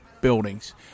buildings